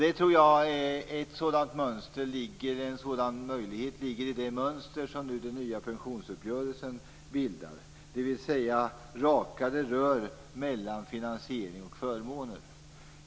Jag tror att en sådan möjlighet finns i det mönster som den nya pensionsuppgörelsen bildar, dvs. rakare rör mellan finansiering och förmåner.